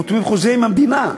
חותמים חוזה עם המדינה,